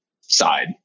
side